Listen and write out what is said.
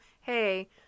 hey